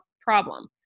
problem